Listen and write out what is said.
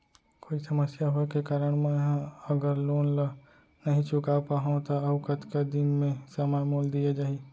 कोई समस्या होये के कारण मैं हा अगर लोन ला नही चुका पाहव त अऊ कतका दिन में समय मोल दीये जाही?